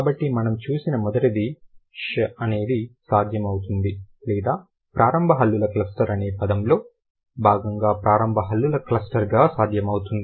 కాబట్టి మనం చూసిన మొదటిది sh అనేది సాధ్యమవుతుంది లేదా ప్రారంభ హల్లుల క్లస్టర్ అనే పదంలో భాగంగా ప్రారంభ హల్లుల క్లస్టర్గా సాధ్యమవుతుంది